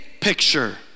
picture